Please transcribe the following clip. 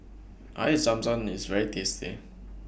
Air Zam Zam IS very tasty